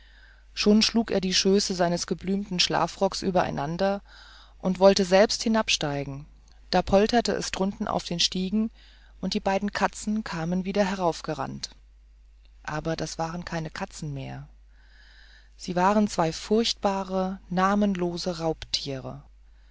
schon schlug er die schöße seines geblümten schlafrocks übereinander und wollte selbst hinabsteigen da polterte es drunten auf den stiegen und die beiden katzen kamen wieder heraufgerannt aber das waren keine katzen mehr das waren zwei furchtbare namenlose raubtiere